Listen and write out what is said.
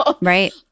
Right